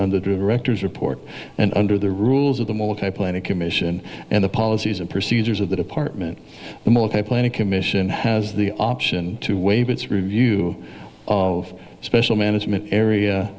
the directors report and under the rules of the mold i played a commission and the policies and procedures of the department the military planning commission has the option to waive its review of special management area